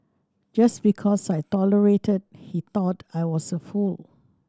just because I tolerated he thought I was a fool